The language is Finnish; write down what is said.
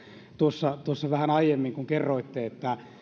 tuossa tuossa vähän aiemmin kun kerroitte että